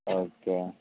okay